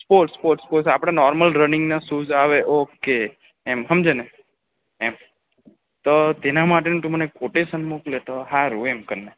sports sports sports આપડે normal રનિંગના shoes આવે ઓકે એમ હમજેને તું એમ તો તેના માટે તું કોટેશન મોકલે તો હારું એમ અમને